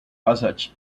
passage